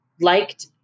liked